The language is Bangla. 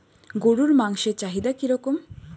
গরুর মাংসের চাহিদা কি রকম?